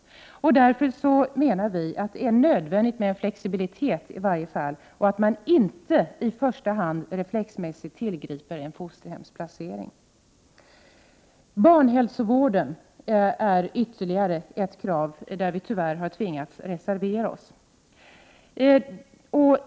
Vi menar därför att det i varje fall är nödvändigt med en flexibilitet så att man inte i första hand reflexmässigt tillgriper en fosterhemsplacering. Krav på barnhälsovård är ju ytterligare ett område där vi tyvärr har tvingats reservera oss.